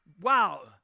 wow